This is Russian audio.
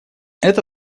это